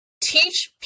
teach